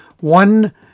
One